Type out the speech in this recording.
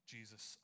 Jesus